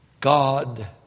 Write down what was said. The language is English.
God